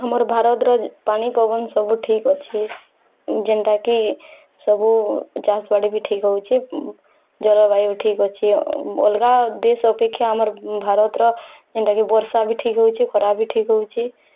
ଆମର୍ ଭାରତ୍ର ପାନି ପବନ୍ ସବୁ ଠିକ୍ ଅଛି ଯେନ୍ଟା କି ସବୁ ବି ଠିକ୍ ରହୁଛି ଜଳବାୟୁ ଠିକ୍ ଅଛି ଅଲଗା ଦେଶ୍ ଅପେକ୍ଷା ଆମର୍ ଭାରତ୍ର ହେନ୍ତା କି ବର୍ଷା ବି ଠିକ୍ ହେଉଛି ଖରା ବି ଠିକ୍ ହେଉଛି